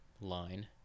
line